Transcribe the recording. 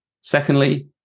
Secondly